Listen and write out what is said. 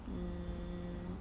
mm